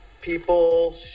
people